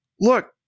Look